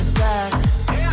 back